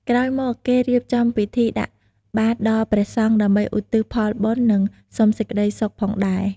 ក្រោយមកគេរៀបចំពិធីដាក់បាត្រដល់ព្រះសង្ឃដើម្បីឧទ្ទិសផលបុណ្យនិងសុំសេចក្តីសុខផងដែរ។